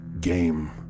game